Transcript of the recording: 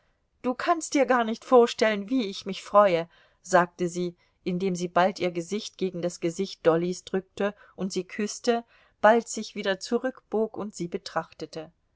du kannst dir gar nicht vorstellen wie ich mich freue sagte sie indem sie bald ihr gesicht gegen das gesicht dollys drückte und sie küßte bald sich wieder zurückbog und sie betrachtete